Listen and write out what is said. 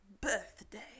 birthday